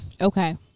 Okay